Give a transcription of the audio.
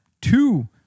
Two